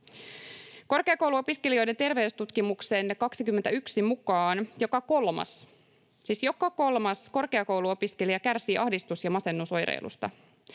Korkeakouluopiskelijoiden terveystutkimuksen 21 mukaan joka kolmas — siis joka kolmas — korkeakouluopiskelija kärsii ahdistus- ja masennusoireilusta.